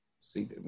See